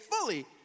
fully